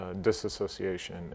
disassociation